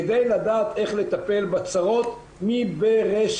כדי לדעת איך לטפל בצרות מבראשיתם.